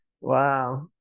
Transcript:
wow